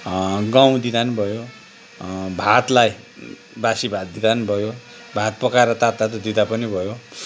गहुँ दिँदा नि भयो भातलाई बासी भात दिँदा नि भयो भात पकाएर तात्तातै दिँदा पनि भयो